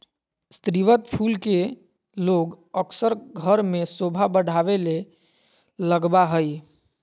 स्रीवत फूल के लोग अक्सर घर में सोभा बढ़ावे ले लगबा हइ